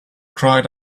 cried